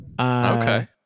Okay